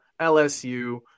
LSU